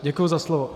Děkuji za slovo.